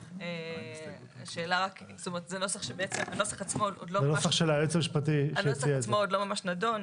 הנוסח עצמו עוד לא ממש נדון.